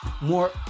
more